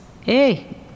hey